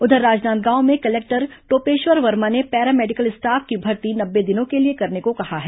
उधर राजनांदगांव में कलेक्टर टोपेश्वर वर्मा ने पैरामेडिकल स्टॉफ की भर्ती नब्बे दिनों के लिए करने को कहा है